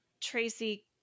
Tracy